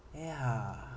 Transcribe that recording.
ya